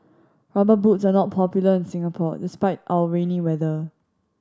Rubber Boots are not popular in Singapore despite our rainy weather